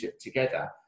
together